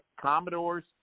Commodores